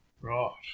Right